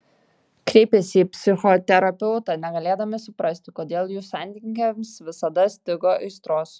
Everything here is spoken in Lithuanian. kreipėsi į psichoterapeutą negalėdami suprasti kodėl jų santykiams visada stigo aistros